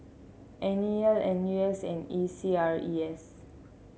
N E L N U S and A C R E S